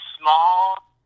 small